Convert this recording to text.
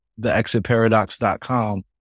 theexitparadox.com